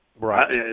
right